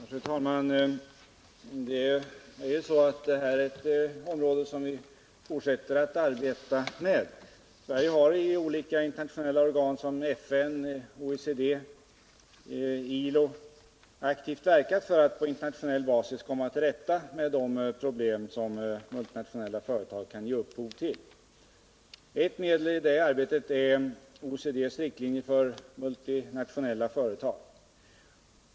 Fru talman! Det här är ett område där vi fortsätter att arbeta. Sverige har i olika internationella organ som FN, OECD och ILO aktivt verkat för att på internationell basis komma till rätta med de problem som multinationella företag kan ge upphov till. Ett medel i detta arbete är OECD:s riktlinjer för multinationella företag.